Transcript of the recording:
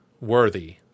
worthy